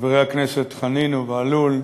חברי הכנסת חנין ובהלול,